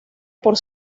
por